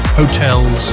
hotels